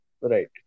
right